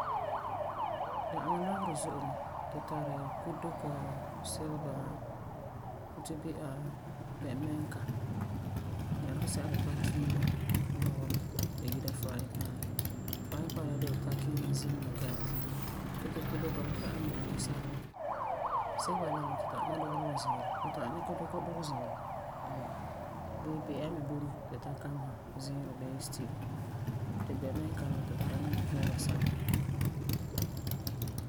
Da'aŋa lɔgerɔ zo'e mɛ. Tu tari kutedukɔ, sileba, kutebi'a, bɛmɛŋeka, nyaa dikɛ sɛba ti ba tara kiina lɔgerɔ la ti ba yi'ira frying puan la. Frying pan de'e fu tara kiina zim la gɛla. Ge ti kutedukɔ la ba tari mɔna la sagebɔ. Sileba la me ba tari eŋa dugera la ziirɔ fu ta'am dikɛ dukɔ dɔgɛ ziirɔ ɛɛn hɛɛn. Ge bi'a me boi mɛ ti tu tara kamesa ziirɔ bee stew ti bɛmɛka la me tu tara eŋa me kuura sagebɔ.